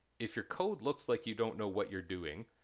if your code looks like you don't know what you're doing,